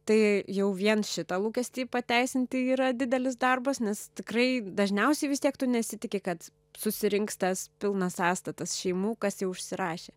tai jau vien šitą lūkestį pateisinti yra didelis darbas nes tikrai dažniausiai vis tiek tu nesitiki kad susirinks tas pilnas sąstatas šeimų kas jau užsirašė